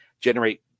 generate